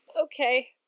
Okay